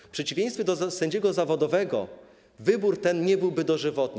W przeciwieństwie do sędziego zawodowego wybór ten nie byłby dożywotni.